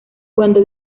cuando